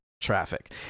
traffic